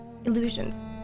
illusions